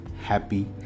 happy